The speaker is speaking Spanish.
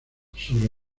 sobre